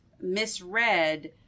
misread